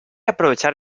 aprovechar